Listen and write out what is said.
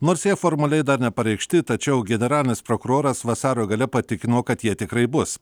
nors jie formaliai dar nepareikšti tačiau generalinis prokuroras vasario gale patikino kad jie tikrai bus